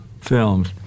films